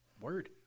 Word